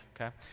okay